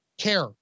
Care